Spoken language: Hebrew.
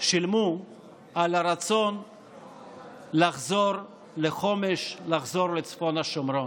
שילמה על הרצון לחזור לחומש, לחזור לצפון השומרון.